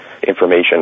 information